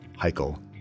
Heichel